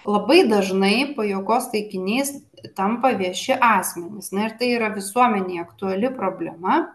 labai dažnai pajuokos taikinias tampa vieši asmenys ar tai yra visuomenei aktuali problema